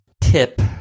tip